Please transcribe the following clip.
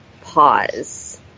pause